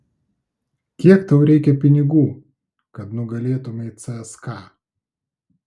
kiek tau reikia pinigų kad nugalėtumei cska